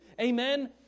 Amen